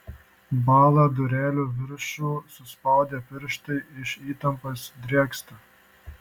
bąla durelių viršų suspaudę pirštai iš įtampos drėgsta